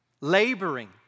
laboring